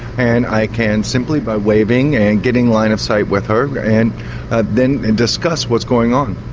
and i can, simply by waving and getting line-of-sight with her, and then discuss what's going on.